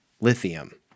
lithium